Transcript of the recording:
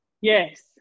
Yes